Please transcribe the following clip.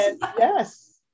Yes